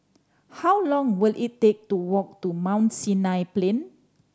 how long will it take to walk to Mount Sinai Plain